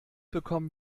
bekommen